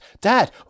dad